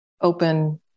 open